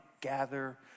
gather